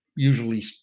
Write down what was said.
usually